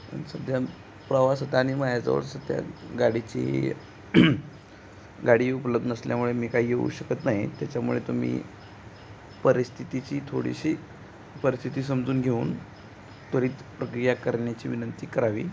पण सध्या प्रवास होता आणि माझ्याजवळ सध्या गाडीची गाडी उपलब्ध नसल्यामुळे मी काही येऊ शकत नाही त्याच्यामुळे तुम्ही परिस्थितीची थोडीशी परिस्थिती समजून घेऊन त्वरित प्रक्रिया करण्याची विनंती करावी